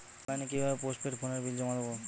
অনলাইনে কি ভাবে পোস্টপেড ফোনের বিল জমা করব?